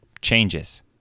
changes